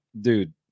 dude